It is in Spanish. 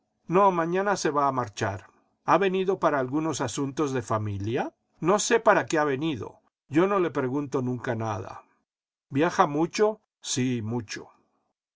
no mañana se va a marchar c'ha venido para algunos asuntos de familia no sé para qué ha venido yo no le pregunto nunca nada viaja mucho sí mucho